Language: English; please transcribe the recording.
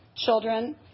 Children